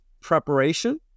preparation